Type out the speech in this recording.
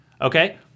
Okay